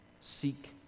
seek